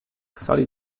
sali